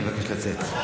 אני מבקש לצאת.